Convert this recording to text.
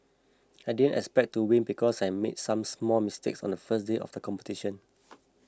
I didn't expect to win because I made some small mistakes on the first day of the competition